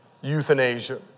euthanasia